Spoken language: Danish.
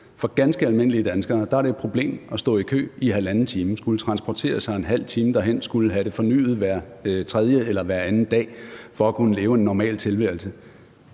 For ganske almindelige danskere er det et problem at stå i kø i halvanden time, at skulle transportere sig en halv time derhen og at skulle have det fornyet hver tredje eller hver anden dag for at kunne leve en normal tilværelse.